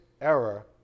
error